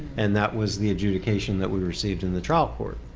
and that was the adjudication that we received in the trial court.